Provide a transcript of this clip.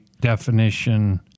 definition